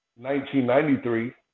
1993